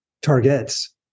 targets